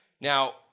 Now